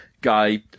Guy